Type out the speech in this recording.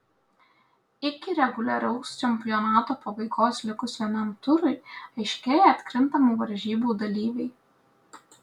iki reguliaraus čempionato pabaigos likus vienam turui aiškėja atkrintamų varžybų dalyviai